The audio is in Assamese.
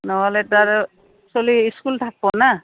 নহ'লে তাৰ চলীৰ ইস্কুল থাকিব না